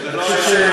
זה לא היה בעבר.